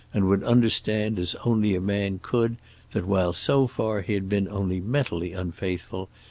and would understand as only a man could that while so far he had been only mentally unfaithful,